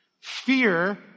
fear